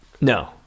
No